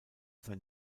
sein